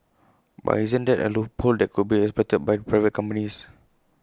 but isn't that A loophole that could be exploited by private companies